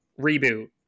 reboot